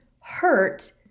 hurt